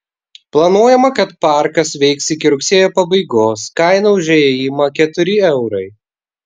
planuojama kad parkas veiks iki rugsėjo pabaigos kaina už įėjimą keturi eurai